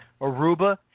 Aruba